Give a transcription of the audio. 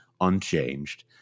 unchanged